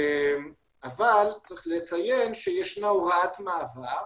אבל צריך לציין שישנה הוראת מעבר,